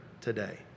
today